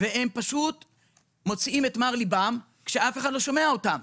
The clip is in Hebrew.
והם מוציאים את מר ליבם על כך שאף אחד לא שומע אותם.